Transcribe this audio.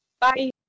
Bye